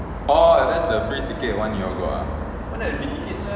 orh that's the free ticket one you all got ah